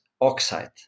oxide